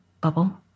bubble